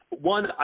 one